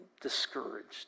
discouraged